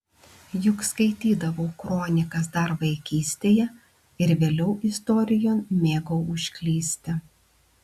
juk skaitydavau kronikas dar vaikystėje ir vėliau istorijon mėgau užklysti